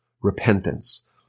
repentance